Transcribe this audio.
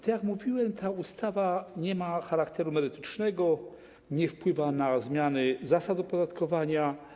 Tak jak mówiłem, ta ustawa nie ma charakteru merytorycznego, nie wpływa na zmiany zasad opodatkowania.